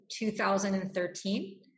2013